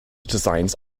designs